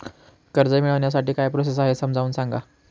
कर्ज मिळविण्यासाठी काय प्रोसेस आहे समजावून सांगा